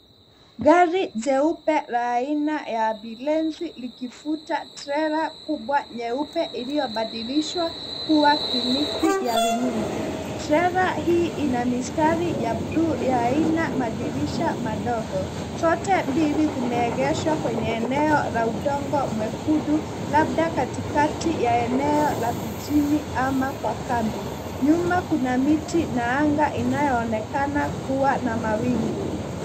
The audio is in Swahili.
Gari jeupe la aina ya ambulensi likivuta trela kubwa nyeupe iliyobadilishwa kuwa kliniki ya rununu. Trela hii ina mistari ya buluu ya aina madirisha madogo. Zote mbili zimeegeshwa kwenye eneo la udongo mwekundu labda katikati ya eneo la vijijini ama kwa kambi. Nyuma kuna miti na anga inayoonekana kuwa na mawingu.